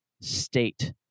state